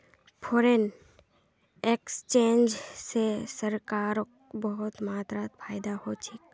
foreign exchange स सरकारक बहुत मात्रात फायदा ह छेक